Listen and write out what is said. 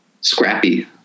scrappy